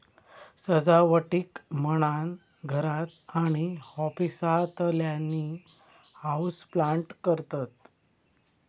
सजावटीक म्हणान घरात आणि ऑफिसातल्यानी हाऊसप्लांट करतत